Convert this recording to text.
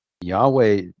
Yahweh